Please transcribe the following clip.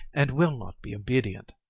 and will not be obedient.